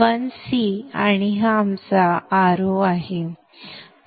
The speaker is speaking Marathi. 1 सी आणि हा Ro आहे